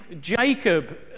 Jacob